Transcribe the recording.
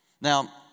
Now